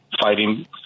fighting